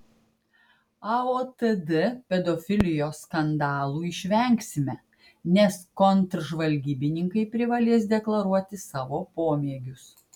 aotd pedofilijos skandalų išvengsime nes kontržvalgybininkai privalės deklaruoti savo pomėgius